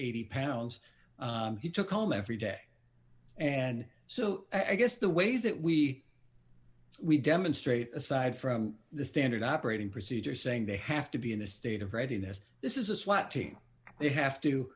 eighty pounds he took home every day and so i guess the ways that we we demonstrate aside from the standard operating procedure saying they have to be in a state of readiness this is a swat team they have to